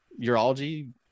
urology